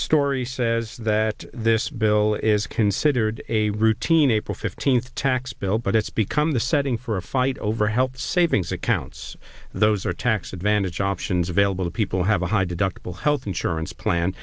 story says that this bill is considered a routine april fifteenth tax bill but it's become the setting for a fight over health savings accounts those are tax advantage options available to people who have a high deductible health insurance plan